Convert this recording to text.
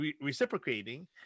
reciprocating